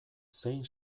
zein